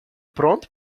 pronto